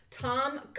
Tom